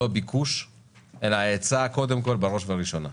לא הביקוש אלא ההיצע קודם כל בראש וראשונה,